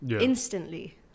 instantly